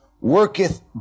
worketh